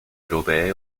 europee